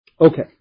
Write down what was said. Okay